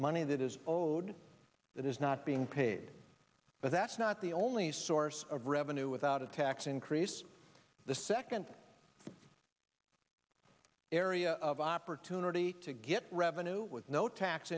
money that is zero debt that is not being paid but that's not the only source of revenue without a tax increase the second area of opportunity to get revenue with no tax